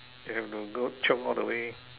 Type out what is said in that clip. have to go chiong all the way